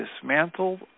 dismantled